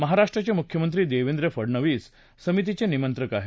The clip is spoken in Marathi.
महाराष्ट्राचे मुख्यमंत्री देवेंद्र फडनवीस समितीचे निमंत्रक आहेत